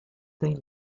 tem